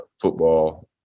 football